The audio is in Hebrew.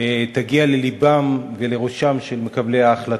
תגיע ללבם ולראשם של מקבלי ההחלטות.